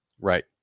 Right